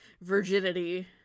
virginity